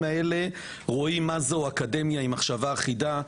אלו רואים מה זו אקדמיה עם מחשבה אחידה,